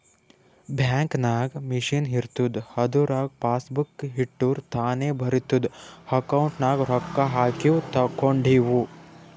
bank ನಾಗ್ machine ಇರ್ತುದ್ ಅದುರಾಗ್ ಪಾಸಬುಕ್ ಇಟ್ಟುರ್ ತಾನೇ ಬರಿತುದ್ ಅಕೌಂಟ್ ನಾಗ್ ರೊಕ್ಕಾ ಹಾಕಿವು ತೇಕೊಂಡಿವು